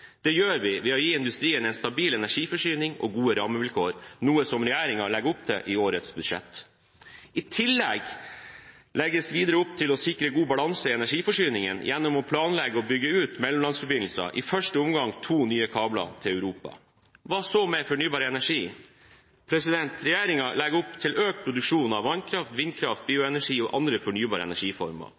Det gjør vi ved å gi industrien en stabil energiforsyning og gode rammevilkår, noe som regjeringen legger opp til i årets budsjett. I tillegg legges det videre opp til å sikre god balanse i energiforsyningen gjennom å planlegge å bygge ut mellomlandsforbindelser, i første omgang to nye kabler til Europa. Hva så med fornybar energi? Regjeringen legger opp til økt produksjon av vannkraft, vindkraft, bioenergi og andre fornybare energiformer.